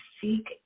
seek